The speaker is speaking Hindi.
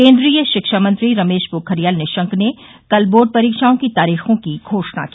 केन्द्रीय शिक्षामंत्री रमेश पोखरियाल निशंक ने कल बोर्ड परीक्षाओं की तारीखों की घोषणा की